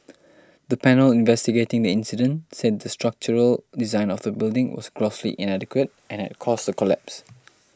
the panel investigating the incident said the structural design of the building was grossly inadequate and had caused the collapse